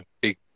big